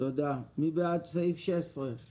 הרישיון שנתן לפי דין אחר לבעל האישור לשם עיסוקו